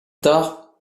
tard